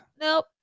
Nope